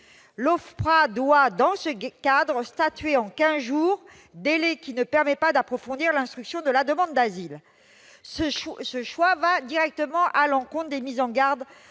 l'OFPRA doit, dans ce cadre, statuer en quinze jours, délai qui ne permet pas d'approfondir l'instruction de la demande d'asile. Ce choix va directement à l'encontre des mises en garde